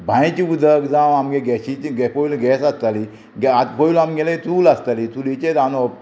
बांयचें उदक जावं आमगे गॅसिचें गॅ पयलू गॅस आसताली गॅ आत पयलू आमगेलें चूल आसताली चुलीचेर रांदप